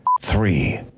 three